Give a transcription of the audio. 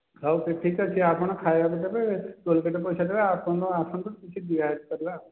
ଆଉ ଟିଫିନ୍ଟା ତ ଆପଣ ଖାଇବାକୁ ଦେବେ ଟୋଲ୍ ଗେଟ୍ ପଇସା ଦେବେ ଆପଣ ଆସନ୍ତୁ କିଛି ରିହାତି କରିବା ଆଉ